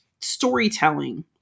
storytelling